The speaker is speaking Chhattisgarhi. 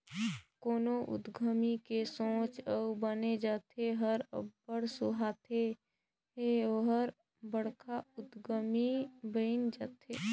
कोनो उद्यमी के सोंच अउ बने जाएत हर अब्बड़ सुहाथे ता ओहर बड़खा उद्यमी बइन जाथे